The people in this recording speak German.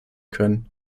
können